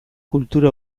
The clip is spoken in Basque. kultura